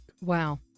Wow